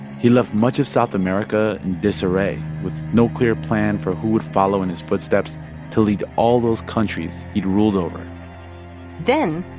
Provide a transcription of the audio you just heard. he left much of south america in disarray with no clear plan for who would follow in his footsteps to lead all those countries he'd ruled over then,